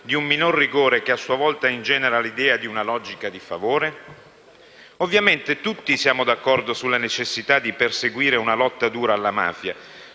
di un minor rigore che, a sua volta, ingenera l'idea di una logica di favore? Ovviamente tutti siamo d'accordo sulla necessità di perseguire una lotta dura alla mafia.